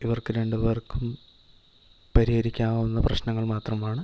ഇവർക്ക് രണ്ടുപേർക്കും പരിഹരിക്കാവുന്ന പ്രശ്നങ്ങൾ മാത്രമാണ്